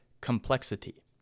complexity